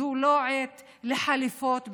זו לא עת לחליפות כפולות,